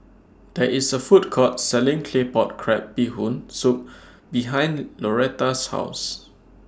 There IS A Food Court Selling Claypot Crab Bee Hoon Soup behind Lauretta's House